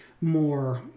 more